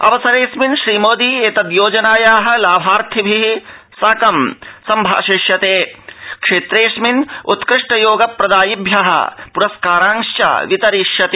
अवसरेऽस्मिन् श्रीमोदी एतद् योजनाया लाभार्थिभि संभाषिष्यतेक्षेत्रेऽस्मिन् उत्कृष्टयोगप्रदायिभ्य प्रस्कारान् च वितरिष्यति